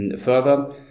further